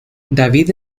david